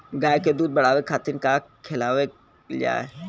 गाय क दूध बढ़ावे खातिन का खेलावल जाय?